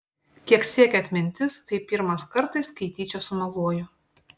kiek siekia atmintis tai pirmas kartas kai tyčia sumeluoju